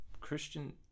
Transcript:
Christian